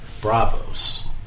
Bravos